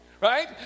right